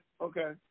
okay